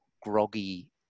groggy